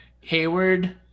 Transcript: Hayward